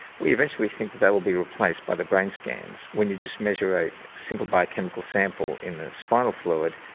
we eventually think that'll be replaced by the brain scans. when you just measure a single biochemical sample in the spinal fluid,